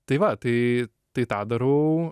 tai va tai tai tą darau